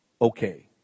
okay